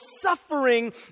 suffering